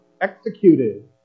executed